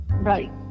Right